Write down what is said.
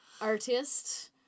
artist